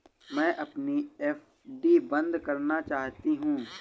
मैं अपनी एफ.डी बंद करना चाहती हूँ